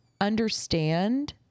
understand